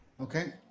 Okay